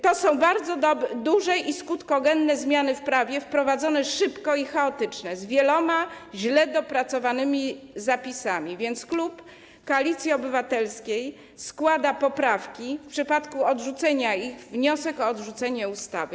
To są bardzo duże i skutkogenne zmiany w prawie wprowadzone szybko i chaotycznie z wieloma źle dopracowanymi zapisami, więc klub Koalicji Obywatelskiej składa poprawki, a w przypadku ich odrzucenia - wniosek o odrzucenie ustawy.